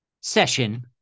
session